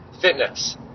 fitness